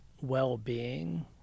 well-being